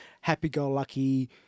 happy-go-lucky